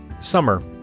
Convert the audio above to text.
summer